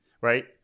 right